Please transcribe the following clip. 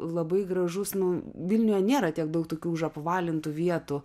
labai gražus nu vilniuje nėra tiek daug tokių užapvalintų vietų